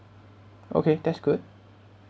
okay that's good